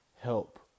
help